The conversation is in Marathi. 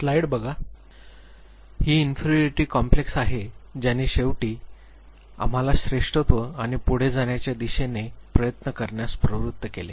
आणि ही इन्फेरीयोरीटी कॉम्प्लेक्स आहे ज्याने शेवटी आम्हाला श्रेष्ठत्व आणि पुढे जाण्याच्या दिशेने प्रयत्न करण्यास प्रवृत्त केले